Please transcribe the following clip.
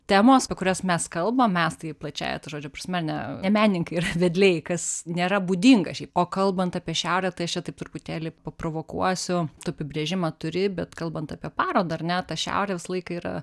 temos apie kurias mes kalbam mes tai plačiąja to žodžio prasme ne ne menininkai yra vedliai kas nėra būdinga šiaip o kalbant apie šiaurę tai aš čia taip truputėlį paprovokuosiu apibrėžimą turi bet kalbant apie parodą ar ne ta šiaurė visą laiką yra